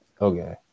okay